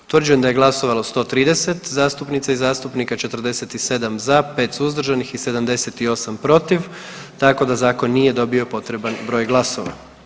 Utvrđujem da je glasovalo 130 zastupnica i zastupnika, 47 za, 5 suzdržanih i 78 protiv, tako da zakon nije dobio potreban broj glasova.